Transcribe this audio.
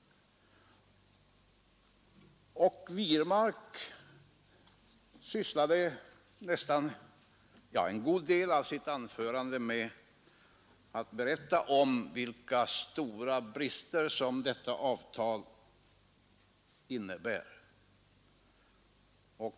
Herr Wirmark berättade under en god del av sitt anförande om vilka stora brister som detta avtal innebär.